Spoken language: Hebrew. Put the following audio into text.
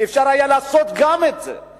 אפשר היה לעשות גם את זה.